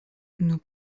nous